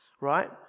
right